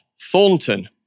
Thornton